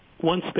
one